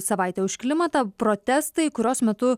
savaitė už klimatą protestai kurios metu